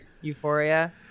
euphoria